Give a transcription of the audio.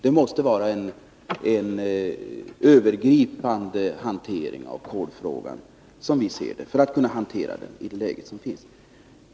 Det måste vara en övergripande planering av kolfrågan, för att man skall kunna hantera den i det läge som råder.